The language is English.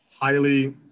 highly